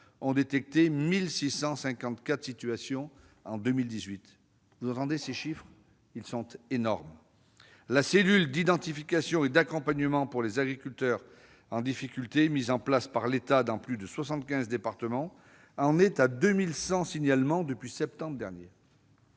ont détecté 1 654 situations problématiques en 2018. Vous entendez chez chiffres : ils sont énormes ! Les cellules d'identification et d'accompagnement pour les agriculteurs en difficulté, mises en place par l'État dans plus de soixante-quinze départements, en sont à 2 100 signalements depuis septembre dernier.